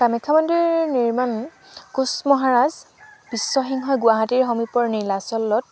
কামাখ্যা মন্দিৰ নিৰ্মাণ কোঁচ মহাৰাজ বিশ্বসিংহই গুৱাহাটীৰ সমীপৰ নীলাচলত